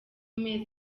mezi